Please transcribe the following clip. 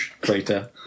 Crater